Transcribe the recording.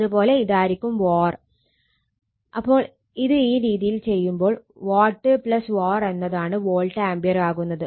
അപ്പോൾ ഇത് ഈ രീതിയിൽ ചെയ്യുമ്പോൾ ഇത് വാട്ട് വാർ എന്നതാണ് വോൾട്ട് ആംപിയർ ആകുന്നത്